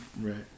Right